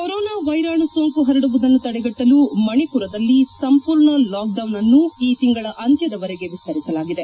corona ವೈರಾಣು ಸೋಂಕು ಹರಡುವುದನ್ನು ತಡೆಗಟ್ಟಲು ಮಣಿಪುರದಲ್ಲಿ ಸಂಪೂರ್ಣ ಲಾಕ್ಡೌನ್ ಅನ್ನು ಈ ತಿಂಗಳ ಅಂತ್ಯದವರೆಗೆ ವಿಸ್ತರಿಸಲಾಗಿದೆ